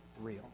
real